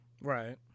right